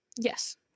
Yes